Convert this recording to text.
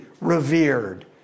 revered